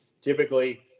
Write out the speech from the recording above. typically